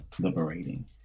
liberating